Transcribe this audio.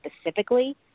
specifically